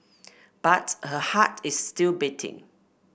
but her heart is still beating